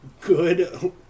good